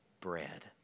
bread